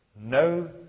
no